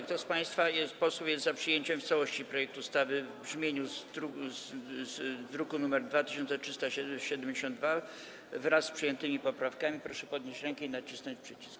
Kto z państwa posłów jest za przyjęciem w całości projektu ustawy w brzmieniu z druku nr 2372, wraz z przyjętymi poprawkami, proszę podnieść rękę i nacisnąć przycisk.